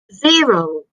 zero